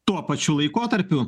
tuo pačiu laikotarpiu